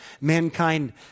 Mankind